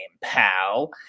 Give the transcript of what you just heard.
pal